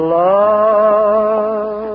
love